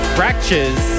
Fractures